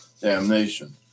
damnation